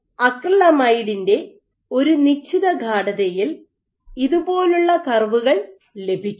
അക്രിലമൈഡിന്റെ ഒരു നിശ്ചിത ഗാഡതയിൽ ഇതുപോലുള്ള കർവുകൾ ലഭിക്കും